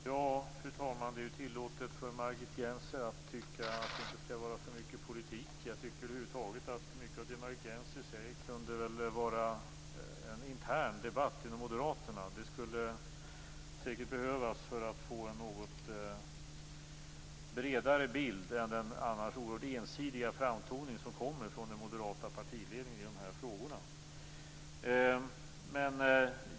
Fru talman! Ja, det är tillåtet för Margit Gennser att tycka att det inte skall vara för mycket politik. Jag tycker över huvud taget att mycket av det som Margit Gennser säger kunde vara en intern debatt inom Moderaterna. Det skulle säkert behövas för att få en något bredare bild än den annars oerhört ensidiga framtoning som kommer från den moderata partiledningen i de här frågorna.